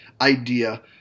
idea